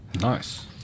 Nice